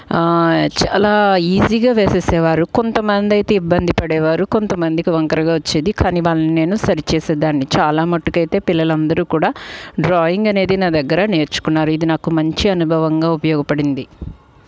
చాలా ఈజీగా వేసేవారు కొంతమంది అయితే ఇబ్బంది పడేవారు కొంతమందికి వంకరగా వచ్చేది కానీ వాళ్ళని నేను సరి చేసేదాన్ని చాలా మట్టుకైతే పిల్లలు అందరు కూడా డ్రాయింగ్ అనేది నా దగ్గర నేర్చుకున్నారు ఇది నాకు మంచి అనుభవంగా ఉపయోగపడింది